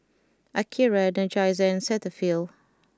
Akira Energizer and Cetaphil